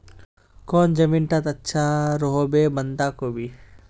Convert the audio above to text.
कौन जमीन टत अच्छा रोहबे बंधाकोबी?